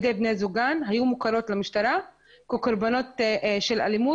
ידי בני זוגן היו מוכרות למשטרה כקורבנות של אלימות,